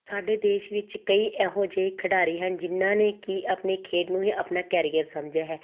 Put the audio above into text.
ਸਾਡੇ ਦੇਸ਼ ਵਿੱਚ ਕਈ ਇਹੋ ਜਿਹੇ ਖਿਡਾਰੀ ਹਨ ਜਿਨ੍ਹਾਂ ਨੇ ਕਿ ਆਪਣੇ ਖੇਡ ਨੂੰ ਹੀ ਆਪਣਾ ਕੈਰੀਅਰ ਸਮਝਿਆ ਹੈ